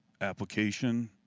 application